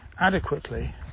adequately